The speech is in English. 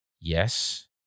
Yes